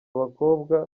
bakobwa